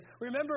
Remember